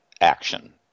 action